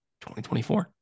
2024